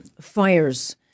Fires